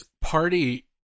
party